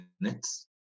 minutes